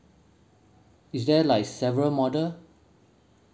is there like several model